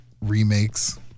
remakes